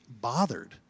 bothered